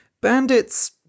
Bandits